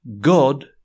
God